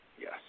yes